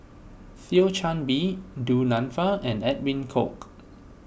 Thio Chan Bee Du Nanfa and Edwin Koek